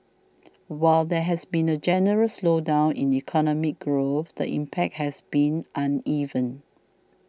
while there has been a general slowdown in economic growth the impact has been uneven